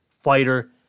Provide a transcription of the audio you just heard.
fighter